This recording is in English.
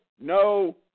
no